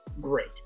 great